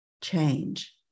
change